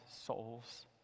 souls